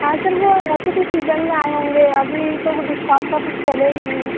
हाँ सर वह ऐसे कोई सीज़न में आए होंगे अभी तो वह डिस्काउंट का कुछ चला ही नहीं है